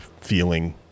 feeling